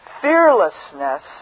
fearlessness